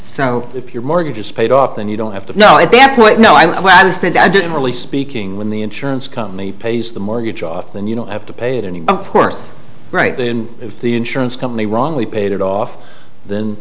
so if your mortgage is paid off then you don't have to know at that point no i was thinking i didn't really speaking when the insurance company pays the mortgage off then you don't have to pay it any of course right there in the insurance company wrongly paid it off then